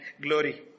glory